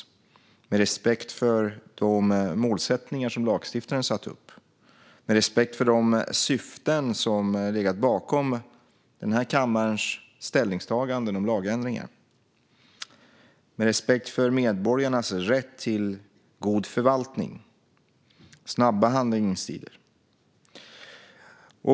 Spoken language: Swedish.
Det handlar om respekt för de målsättningar lagstiftaren har satt upp, respekt för de syften som har legat bakom kammarens ställningstagande i lagändringen och respekt för medborgarnas rätt till god förvaltning och snabba handläggningstider.